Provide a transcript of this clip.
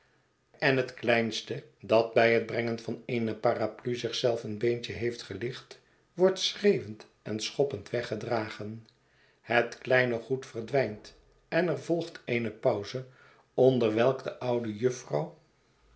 en het kleinste dat bij het brengen van eene paraplu zich zelf een beentje heeft gelicht wordt schreeuwend en schoppend weggedragen het kleine goed verdwijnt en er volgt eene pauze onder welke de oudejufvrouw